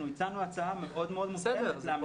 הצענו הצעה מאוד מאוד מותאמת למציאות.